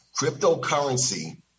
cryptocurrency